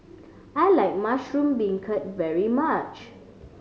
I like mushroom beancurd very much